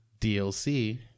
dlc